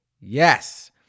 Yes